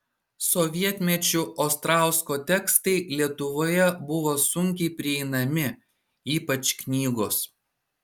sovietmečiu ostrausko tekstai lietuvoje buvo sunkiai prieinami ypač knygos